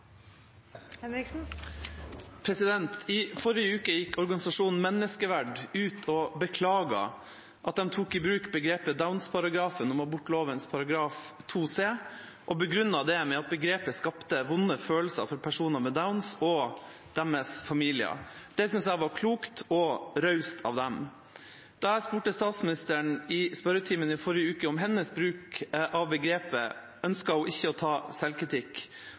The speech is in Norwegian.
I forrige uke gikk organisasjonen Menneskeverd ut og beklaget at de tok i bruk begrepet «Downs-paragrafen» om abortlovens § 2c, og begrunnet det med at begrepet skapte vonde følelser for personer med Downs og deres familier. Det synes jeg var klokt og raust av dem. Da jeg spurte statsministeren i spørretimen forrige uke om hennes bruk av begrepet, ønsket hun ikke å ta selvkritikk.